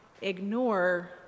ignore